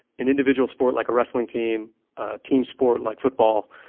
an individual sport, like a wrestling team. a team sport like football.